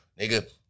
nigga